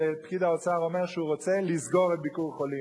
פקיד האוצר אומר שהוא רוצה לסגור את "ביקור חולים".